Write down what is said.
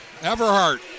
Everhart